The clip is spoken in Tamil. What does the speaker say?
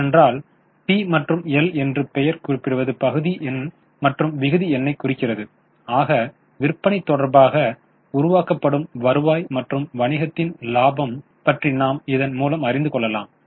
ஏனென்றால் பி மற்றும் எல் என்று பெயர் குறிப்பிடுவது பகுதி எண் மற்றும் விகுதி எண்ணை குறிக்கிறது ஆக விற்பனை தொடர்பாக உருவாக்கப்படும் வருவாய் மற்றும் வணிகத்தின் லாபம் பற்றி நாம் இதன் மூலம் அறிந்து கொள்ளலாம்